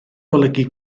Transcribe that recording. golygu